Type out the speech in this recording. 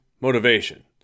motivation